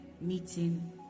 meeting